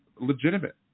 legitimate